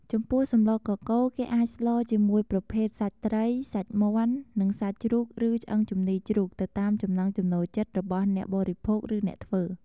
ចំពោះសម្លកកូរ គេអាចស្លរជាមួយប្រភេទសាច់ត្រី សាច់មាន់ និងសាច់ជ្រូកឬឆ្អឹងជំនីរជ្រូកទៅតាមចំណង់ចំណូលចិត្តរបស់អ្នកបរិភោគ ឬអ្នកធ្វើ។